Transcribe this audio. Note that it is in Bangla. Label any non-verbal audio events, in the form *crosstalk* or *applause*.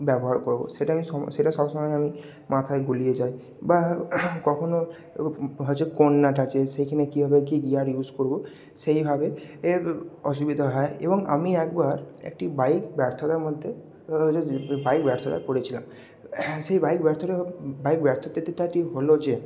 ব্যবহার করব সেটা আমি *unintelligible* সেটা সব সময় আমি মাথায় গুলিয়ে যায় বা কখনো হয়েছে কর্নার আছে সেখানে কী ভাবে কী গিয়ার ইউজ করব সেইভাবে এ অসুবিধা হয় এবং আমি একবার একটি বাইক ব্যর্থতার মধ্যে এবং হচ্ছে বাইক ব্যর্থতায় পড়েছিলাম সেই বাইক ব্যর্থতা বাইক ব্যর্থতাটি হল যে